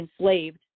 enslaved